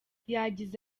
yagize